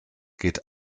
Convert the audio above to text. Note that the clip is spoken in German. geht